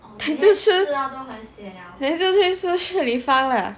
then 就吃 then 就去吃 Shi Li Fang ah